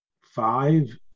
five